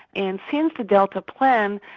and since the delta plan,